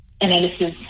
analysis